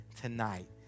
tonight